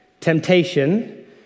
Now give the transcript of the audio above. temptation